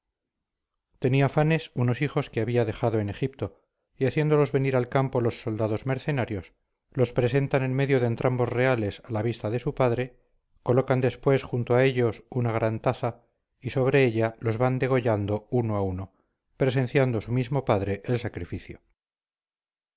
tenía fanes unos hijos que había dejado en egipto y haciéndolos venir al campo los soldados mercenarios los presentan en medio de entrambos reales a la vista de su padre colocan después junto a ellos una gran taza y sobre ella los van degollando uno a uno presenciando su mismo padre el sacrificio